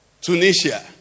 Tunisia